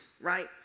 right